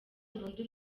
burundu